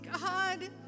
God